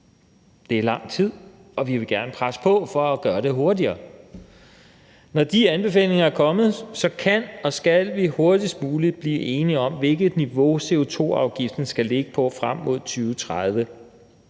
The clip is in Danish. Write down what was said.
Det er lang tid, og vi vil gerne presse på for at gøre det hurtigere. Når de anbefalinger er kommet, kan og skal vi hurtigst muligt blive enige om, hvilket niveau CO2-afgiften skal ligge på frem mod 2030.